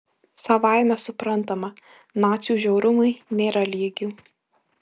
savaime suprantama nacių žiaurumui nėra lygių